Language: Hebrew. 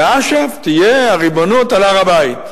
לאש"ף תהיה הריבונות על הר-הבית,